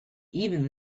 even